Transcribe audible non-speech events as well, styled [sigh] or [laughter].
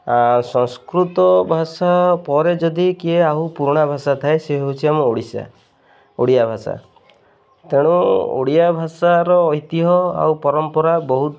[unintelligible] ସଂସ୍କୃତ ଭାଷା ପରେ ଯଦି କିଏ ଆଉ ପୁରୁଣା ଭାଷା ଥାଏ ସେ ହେଉଛି ଆମ ଓଡ଼ିଶା ଓଡ଼ିଆ ଭାଷା ତେଣୁ ଓଡ଼ିଆ ଭାଷାର ଐତିହ୍ୟ ଆଉ ପରମ୍ପରା ବହୁତ